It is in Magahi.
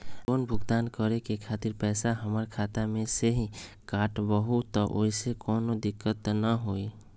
लोन भुगतान करे के खातिर पैसा हमर खाता में से ही काटबहु त ओसे कौनो दिक्कत त न होई न?